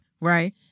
right